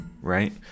right